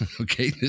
Okay